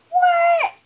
what